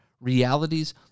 realities